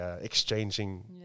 exchanging